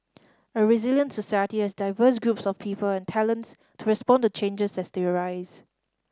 a resilient society has diverse groups of people and talents to respond to changes as they arise